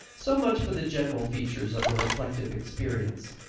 so much for the general features of a reflective experience.